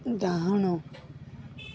ଡ଼ାହାଣ